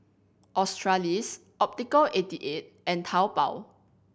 Australis Optical Eighty Eight and Taobao